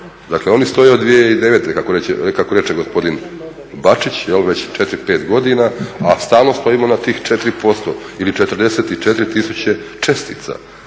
dakle oni stoje od 2009.kako reče gospodin Bačić, već 4, 5 godina, a stalno stojimo na tih 4% ili 44 tisuće čestica